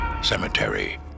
Cemetery